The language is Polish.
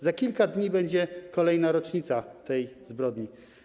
Za kilka dni będzie kolejna rocznica tej zbrodni.